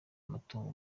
amatungo